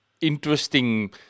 interesting